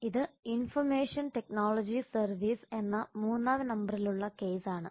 ഇത് information technology service എന്ന മൂന്നാം നമ്പറിലുള്ള കേസ്സ് ആണ്